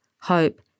hope